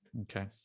okay